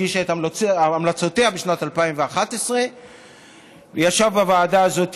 והגישה את המלצותיה בשנת 2011. ישב בוועדה הזאת